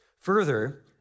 Further